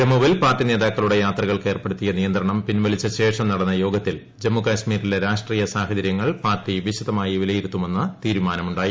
ജമ്മുവിൽ പാർട്ടി നേതാക്കളുടെ യാത്രകൾക്ക് ഏർപ്പെടുത്തിയ നിയന്ത്രണം പിൻവലിച്ചശേഷം നടന്ന യോഗത്തിൽ ജമ്മു കാശ്മീരിലെ രാഷ്ട്രീയ സാഹചര്യങ്ങൾ പാർട്ടി വിശദമായി വിലയിരുത്തുമെന്ന തീരുമാനമുണ്ടായി